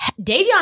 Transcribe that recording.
Davion